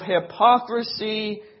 hypocrisy